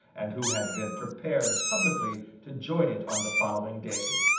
and who had been prepared publicly to join it on the following day.